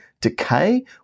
decay